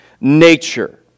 nature